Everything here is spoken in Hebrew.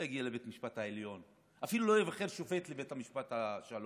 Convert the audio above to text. לא יגיע לבית המשפט העליון ואפילו לא ייבחר כשופט לבית המשפט השלום.